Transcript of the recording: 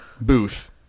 booth